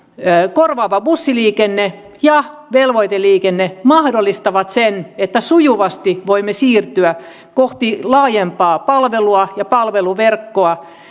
korvaava bussiliikenne ja velvoiteliikenne mahdollistavat sen että sujuvasti voimme siirtyä kohti laajempaa palvelua ja palveluverkkoa